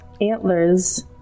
antlers